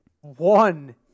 one